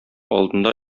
алдында